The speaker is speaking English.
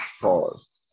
Pause